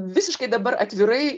visiškai dabar atvirai